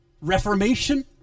reformation